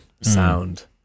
sound